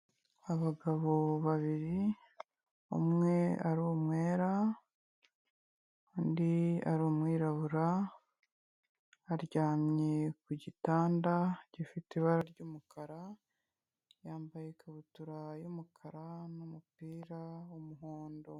Abagabo babiri, umwe ari umwera, undi ari umwirabura, aryamye ku gitanda gifite ibara ry'umukara, yambaye ikabutura y'umukara n'umupira w'umuhondo.